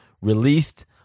released